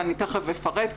ותיכף אפרט,